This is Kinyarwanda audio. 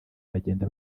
bagenda